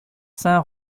saint